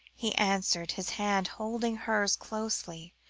he answered, his hand holding hers closely,